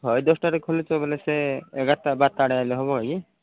ହଏ ଦଶଟାରେ ଖୋଲୁଛ ବୋଲେ ସେ ଏଗାରଟା ବାରଟା ଆଡ଼େ ଆସିଲେ ହେବ କି